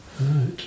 Right